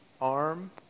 arm